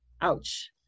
ouch